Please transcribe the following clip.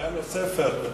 ספר.